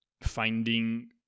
Finding